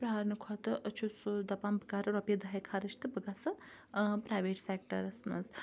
پرارنہٕ کھۄتہٕ چھُ سُہ دَپان بہٕ کَرٕ رۄپیہِ دَہے خَرِچ تہٕ بہٕ گَژھٕ پریویٹ سیٚکٹَرَس مَنٛز